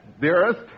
dearest